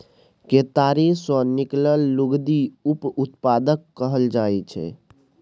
केतारी सँ निकलल लुगदी उप उत्पाद कहल जाइ छै